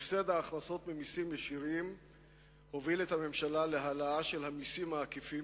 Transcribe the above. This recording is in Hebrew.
הפסד ההכנסות ממסים ישירים הוביל את הממשלה להעלאה של המסים העקיפים,